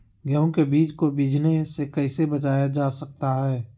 गेंहू के बीज को बिझने से कैसे बचाया जा सकता है?